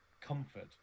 comfort